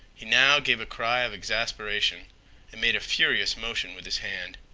he now gave a cry of exasperation and made a furious motion with his hand.